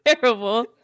terrible